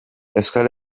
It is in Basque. euskal